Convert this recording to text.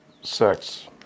sex